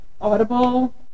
Audible